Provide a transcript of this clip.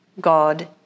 God